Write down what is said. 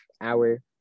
hour